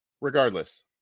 regardless